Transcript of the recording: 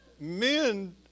Men